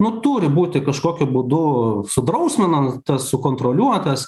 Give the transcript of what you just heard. nu turi būti kažkokiu būdu sudrausminant tas sukontroliuotas